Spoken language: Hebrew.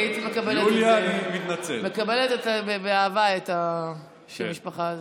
מקבלת באהבה את שם המשפחה הזה.